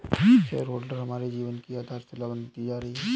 share holder हमारे जीवन की आधारशिला बनते जा रही है